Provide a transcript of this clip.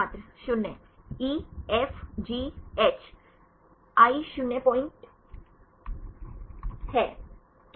छात्र 0 E F G H i 01 है क